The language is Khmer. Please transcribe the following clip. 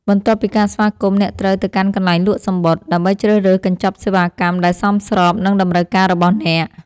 បន្ទាប់ពីការស្វាគមន៍ អ្នកត្រូវទៅកាន់កន្លែងលក់សំបុត្រ ដើម្បីជ្រើសរើសកញ្ចប់សេវាកម្មដែលសមស្របនឹងតម្រូវការរបស់អ្នក។